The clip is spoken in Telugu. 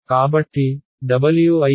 కాబట్టి Wi h2 i12